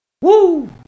Woo